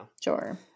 Sure